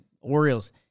Orioles